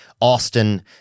Austin